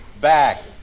back